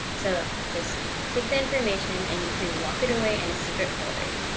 so just take the information, and you can lock it away in a secret folder.